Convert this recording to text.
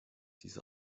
diese